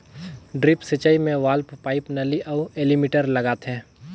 drip सिंचई मे valve, pipe, नली अउ एलीमिटर लगाथें